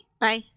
Bye